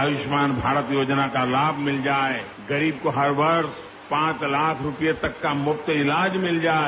आयुष्मान भारत योजना का लाभ मिल जाए गरीब को हर वर्ष पांच लाख रूपये तक का मुफ्त इलाज मिल जाए